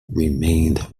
remained